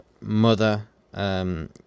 mother